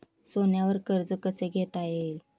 सोन्यावर कर्ज कसे घेता येईल?